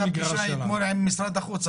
הייתה לכם אתמול פגישה עם משרד החוץ.